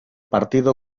partido